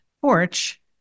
porch